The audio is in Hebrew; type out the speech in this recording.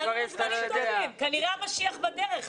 כנראה המשיח בדרך.